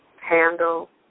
handle